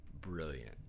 brilliant